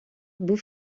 beau